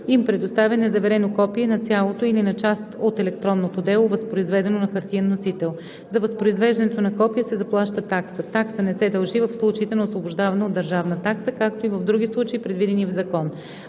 им предоставя незаверено копие на цялото или на част от електронното дело, възпроизведено на хартиен носител. За възпроизвеждането на копие се заплаща такса. Такса не се дължи в случаите на освобождаване от държавна такса, както и в други случаи, предвидени в закон.